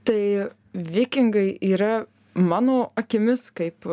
tai vikingai yra mano akimis kaip